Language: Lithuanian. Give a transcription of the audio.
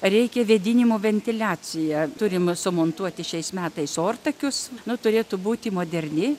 reikia vėdinimo ventiliaciją turim sumontuoti šiais metais ortakius nu turėtų būti moderni